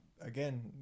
again